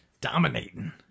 Dominating